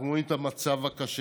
אנחנו רואים את המצב הקשה,